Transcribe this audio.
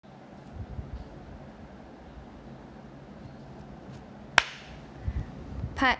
part